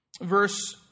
Verse